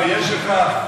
יש לך,